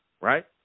right